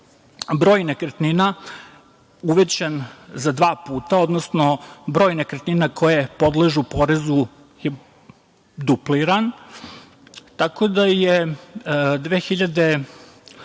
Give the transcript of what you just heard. broj nekretnina uvećan za dva puta, odnosno broj nekretnina koje podležu porezu je dupliran, tako da je 2018.